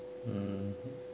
mm